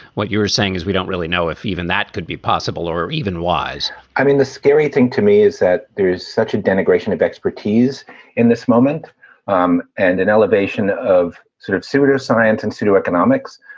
what you're saying is we don't really know if even that could be possible or even wise i mean, the scary thing to me is that there is such a denigration of expertise in this moment um and an elevation of sort of pseudoscience and pseudo economics.